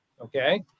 okay